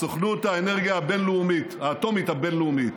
סוכנות האנרגיה האטומית הבין-לאומית,